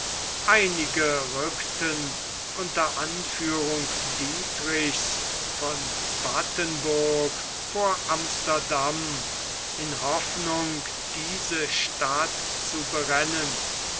einige rückten unter anführung dietrichs von battenburg vor amsterdam in hoffnung diese stadt zu berennen